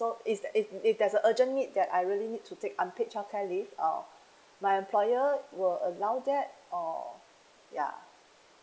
so is if if there's a urgent need that I really need to take unpaid childcare leave uh my employer will allow that or ya